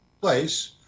place